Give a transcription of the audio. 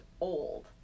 old